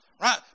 right